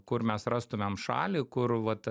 kur mes rastumėm šalį kur vat